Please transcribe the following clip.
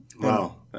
Wow